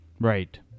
right